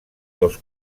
los